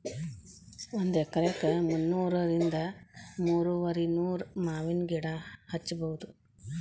ಒಂದ ಎಕರೆಕ ಮುನ್ನೂರಿಂದ ಮೂರುವರಿನೂರ ಮಾವಿನ ಗಿಡಾ ಹಚ್ಚಬೌದ